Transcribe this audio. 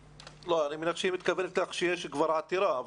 אני מניח שהיא מתכוונת לכך שיש כבר עתירה.